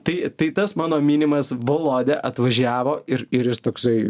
tai tas mano minimas volodė atvažiavo ir ir jis toksai